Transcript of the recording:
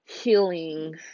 healing